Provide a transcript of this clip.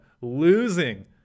Losing